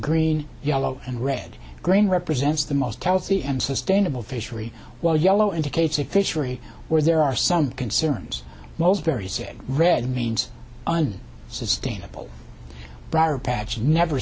green yellow and red green represents the most healthy and sustainable fishery while yellow indicates a fishery where there are some concerns most very said red means and sustainable briarpatch never